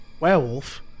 Werewolf